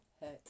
hurt